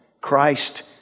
christ